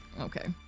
Okay